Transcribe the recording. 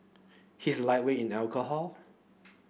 he's lightweight in alcohol